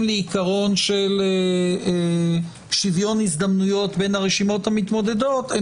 לעיקרון של שוויון הזדמנויות בין הרשימות המתמודדות הם